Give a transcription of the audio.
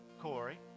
Corey